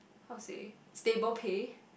how to say stable pay